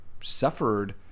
suffered